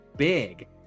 big